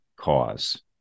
cause